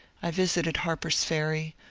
i visited harper's ferry,